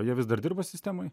jie vis dar dirba sistemoj